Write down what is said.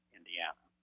Indiana